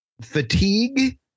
fatigue